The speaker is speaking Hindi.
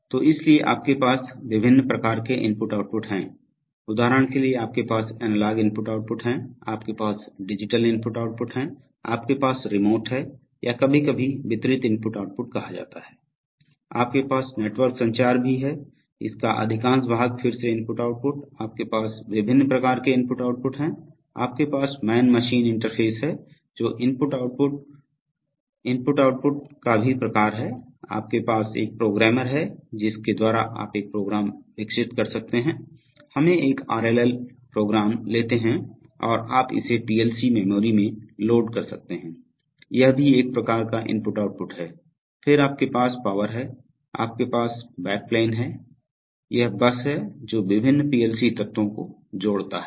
तो इसलिए आपके पास विभिन्न प्रकार के IO हैं उदाहरण के लिए आपके पास एनालॉग IO है आपके पास डिजिटल IO है आपके पास रिमोट है या कभी कभी वितरित IO कहा जाता है आपके पास नेटवर्क संचार भी है इसका अधिकांश भाग फिर से IO आपके पास विभिन्न प्रकार के IO हैं आपके पास मैन मशीन इंटरफ़ेस है जो IO इनपुट आउटपुट का भी प्रकार है आपके पास एक प्रोग्रामर है जिसके द्वारा आप एक प्रोग्राम विकसित कर सकते हैं हमें एक आरएलएल प्रोग्राम लेते और आप इसे पीएलसी मेमोरी में लोड कर सकते हैं यह भी एक प्रकार का IO है फिर आपके पास पावर है आपके पास बैकप्लेन है यह बस है जो विभिन्न पीएलसी तत्वों को जोड़ता है